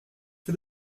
for